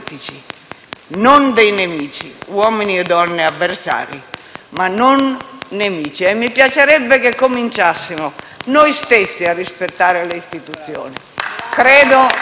non dei nemici. Sono uomini e donne avversari, non nemici e mi piacerebbe che cominciassimo noi stessi a rispettare le istituzioni. Credo